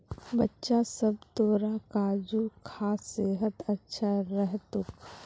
बच्चा सब, तोरा काजू खा सेहत अच्छा रह तोक